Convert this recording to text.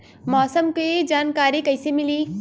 मौसम के जानकारी कैसे मिली?